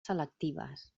selectives